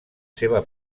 seva